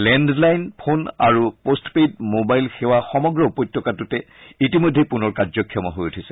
landline phone আৰু postpaid mobile সেৱা সমগ্ৰ উপত্যকাটোতে ইতিমধ্যে পুনৰ কাৰ্যক্ষম হৈ উঠিছে